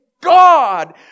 God